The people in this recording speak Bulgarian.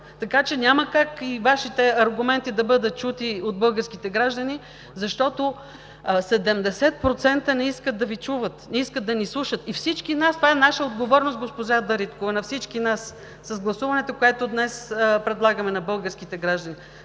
Така че няма как и Вашите аргументи да бъдат чути от българските граждани, защото 70% не искат да Ви чуват, не искат да ни слушат – и всички нас. Това е наша отговорност, госпожо Дариткова, на всички нас с гласуването, което днес предлагаме на българските граждани.